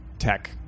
tech